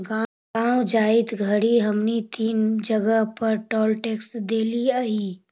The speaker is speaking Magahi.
गाँव जाइत घड़ी हमनी तीन जगह पर टोल टैक्स देलिअई